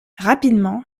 rapidement